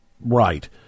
right